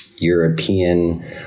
European